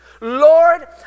Lord